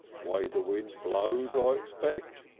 way the wind blows, i expect,